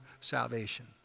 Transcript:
salvation